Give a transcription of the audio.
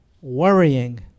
Worrying